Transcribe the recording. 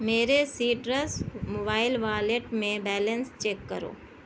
میرے citrus mobile wallet میں balance check کرو